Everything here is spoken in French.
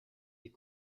est